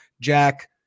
Jack